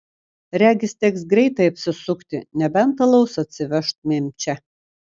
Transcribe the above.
regis teks greitai apsisukti nebent alaus atsivežtumėm čia